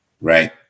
Right